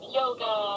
yoga